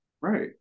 Right